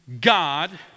God